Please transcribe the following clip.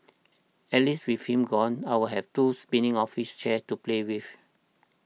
at least with him gone I'll have two spinning office chairs to play with